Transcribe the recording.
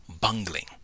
bungling